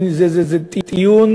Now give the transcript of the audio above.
זה טיעון